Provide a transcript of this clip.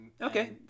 Okay